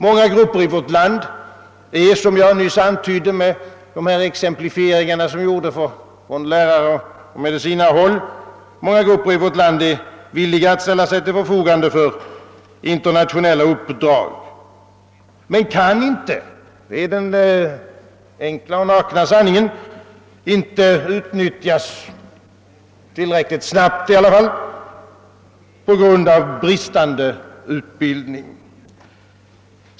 Många grupper i vårt land är, som jag nyss antydde med dessa exemplifieringar från läraroch medicinarhåll, villiga att ställa sig till förfogande för internationella uppdrag, men den enkla och nakna sanningen är att de inte kan utnyttjas tillräckligt snabbt på grund av bristande utbildning.